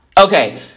okay